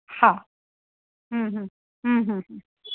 हा हम्म हम्म हम्म हम्म हम्म